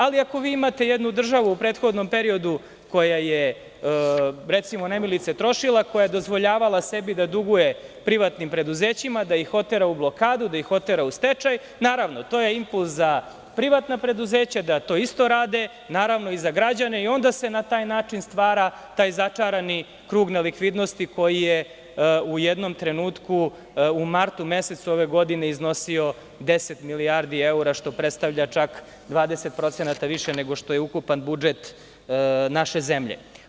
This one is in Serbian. Ali, ako vi imate jednu državu u prethodnom periodu koja je, recimo, nemilice trošila, koja je dozvoljavala sebi da duguje privatnim preduzećima, da ih otera u blokadu, da ih otera u stečaj, naravno, to je impuls za privatna preduzeća da to isto rade, naravno i za građane, i onda se na taj način stvara taj začarani krug nelikvidnosti koji je u jednom trenutku, u martu mesecu ove godine, iznosio 10 milijardi eura, što predstavlja čak 20% više nego što je ukupan budžet naše zemlje.